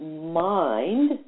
mind